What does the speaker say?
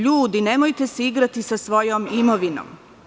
Ljudi, nemojte se igrati sa svojom imovinom.